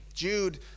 Jude